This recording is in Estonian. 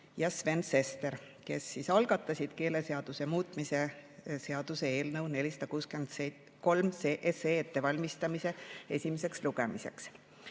ja Sven Sester, kes algatasid keeleseaduse muutmise seaduse eelnõu 463. [Toimus] ettevalmistamine esimeseks lugemiseks.